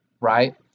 Right